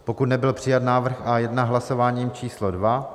pokud nebyl přijat návrh A1 hlasováním číslo dvě